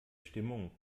stimmung